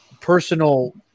personal